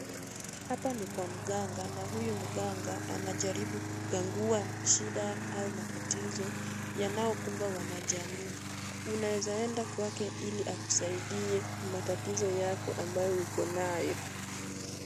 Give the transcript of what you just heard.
Hapa ni kwa mganga na huyu mganga anajaribu kugangua au matatizo yanakumba wanajamii. Unaweza kuenda kwake hili akisaidie na matatizo yako ambayo ukonayo.